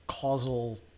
Causal